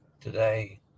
today